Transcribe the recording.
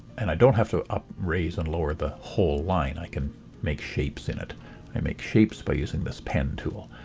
and i don't have to raise and lower the whole line i can make shapes in it it make shapes by using this pen tool.